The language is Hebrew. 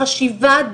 חשיבה,